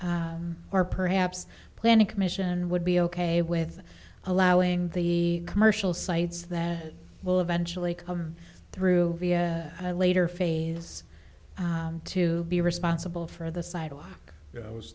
ok or perhaps planning commission would be ok with allowing the commercial sites that will eventually come through via a later phase to be responsible for the sidewalk i was